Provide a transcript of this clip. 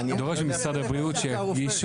אני דורש ממשרד הבריאות שמישהו,